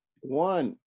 one